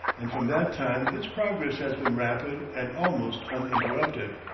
and from that time its progress has been rapid and almost uninterrupted.